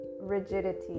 rigidity